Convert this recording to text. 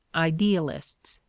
idealists.